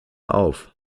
auf